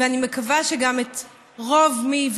ואני מקווה שגם את רוב מי,